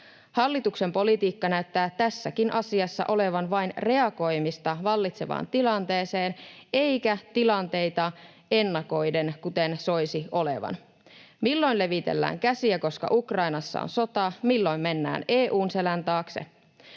Hallituksen politiikka näyttää tässäkin asiassa olevan vain reagoimista vallitsevaan tilanteeseen eikä tilanteita ennakoiden, kuten soisi olevan. Milloin levitellään käsiä, koska Ukrainassa on sota, milloin mennään EU:n selän taakse.